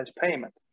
payment